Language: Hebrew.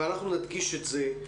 ואנחנו נדגיש את זה,